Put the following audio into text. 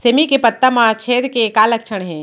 सेमी के पत्ता म छेद के का लक्षण हे?